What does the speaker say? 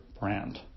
brand